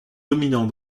dominant